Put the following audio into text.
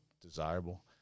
desirable